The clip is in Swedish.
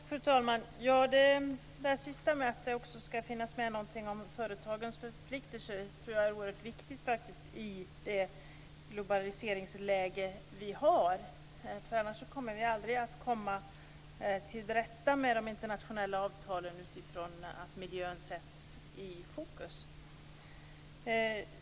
Fru talman! Det sista som miljöministern sade, att det också skall finnas med någonting om företagens förpliktelser, tror jag faktiskt är oerhört viktigt i det globaliseringsläge som vi har, annars kommer vi aldrig att komma till rätta med de internationella avtalen utifrån att miljön sätts i fokus.